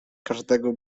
każdego